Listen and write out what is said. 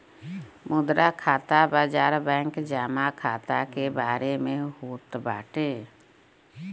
मुद्रा खाता बाजार बैंक जमा खाता के बारे में होत बाटे